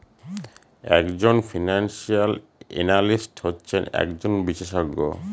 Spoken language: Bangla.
এক জন ফিনান্সিয়াল এনালিস্ট হচ্ছেন একজন বিশেষজ্ঞ